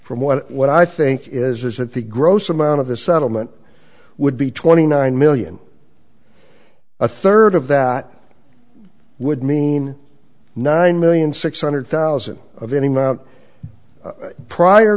from what i think is that the gross amount of the settlement would be twenty nine million a third of that would mean nine million six hundred thousand of any mout prior